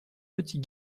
petit